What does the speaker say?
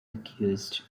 accused